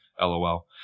LOL